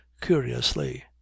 curiously